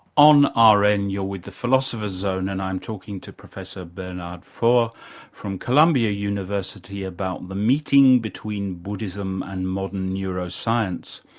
on rn and you're with the philosopher's zone and i'm talking to professor bernard faure from columbia university about the meeting between buddhism and modern neuroscience.